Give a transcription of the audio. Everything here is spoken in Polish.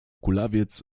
kulawiec